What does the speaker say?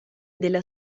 della